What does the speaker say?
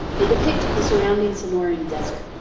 they depict the surrounding sonoran desert,